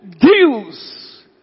deals